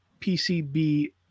PCB